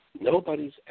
Nobody's